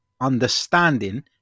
understanding